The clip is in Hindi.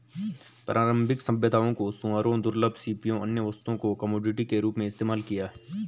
प्रारंभिक सभ्यताओं ने सूअरों, दुर्लभ सीपियों, अन्य वस्तुओं को कमोडिटी के रूप में इस्तेमाल किया